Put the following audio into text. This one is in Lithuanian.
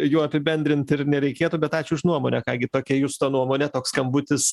jo apibendrint ir nereikėtų bet ačiū už nuomonę ką gi tokia justo nuomonė toks skambutis